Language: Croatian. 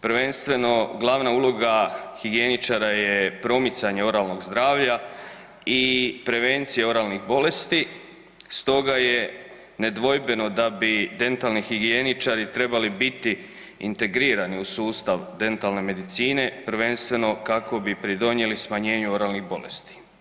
Prvenstveno glavna uloga higijeničara je promicanje oralnog zdravlja i prevencija oralnih bolesti, stoga je nedvojbeno da bi dentalni higijeničari trebali biti integrirani u sustav dentalne medicine, prvenstveno kako bi pridonijeli smanjenju oralnih bolesti.